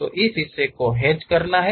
तो इस हिस्से को हैच करना है